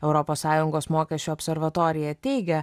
europos sąjungos mokesčių observatorija teigia